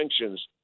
sanctions—